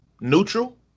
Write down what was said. neutral